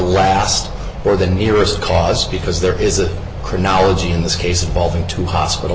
last or the nearest cause because there is a chronology in this case involving two hospital